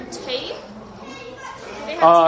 tape